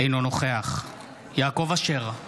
אינו נוכח יעקב אשר,